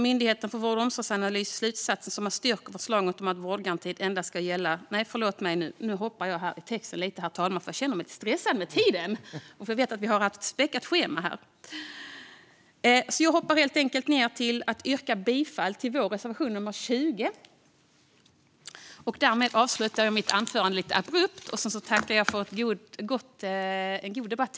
Jag yrkar bifall till vår reservation 20. Därmed avslutar jag mitt anförande lite abrupt och tackar för en god debatt!